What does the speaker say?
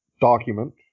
document